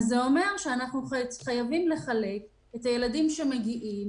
זה אומר שאנחנו צריכים לחלק את הילדים שמגיעים.